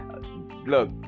Look